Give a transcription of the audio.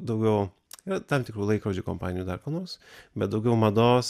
daugiau tam tikrų laikrodžių kompanijų dar ko nors bet daugiau mados